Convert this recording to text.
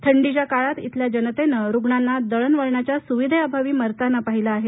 थंडीच्या काळात इथल्या जनतेनं रुग्णांना दळणवळणाच्या सुविधेअभावी मरताना पाहिलं आहे